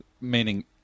meaning